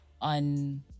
on